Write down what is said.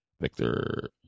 Victor